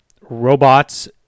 robots